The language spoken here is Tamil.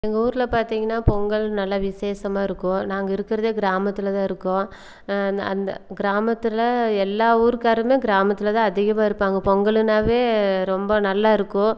எங்கள் ஊரில் பார்த்திங்கன்னா பொங்கல் நல்லா விசேஷமாக இருக்கும் நாங்கள் இருக்குறதே கிராமத்தில் தான் இருக்கோம் ந அந்த கிராமத்தில் எல்லா ஊருக்காருமே கிராமத்தில் தான் அதிகமாக இருப்பாங்க பொங்கலுன்னாவே ரொம்ப நல்லாருக்கும்